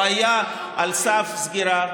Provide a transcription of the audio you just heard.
להציל, הוא היה על סף סגירה.